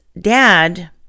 dad